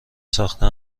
ساخته